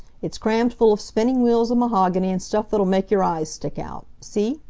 it's crammed full of spinning-wheels and mahogany and stuff that'll make your eyes stick out. see?